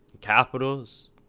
Capitals